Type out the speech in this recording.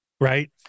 right